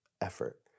effort